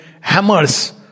hammers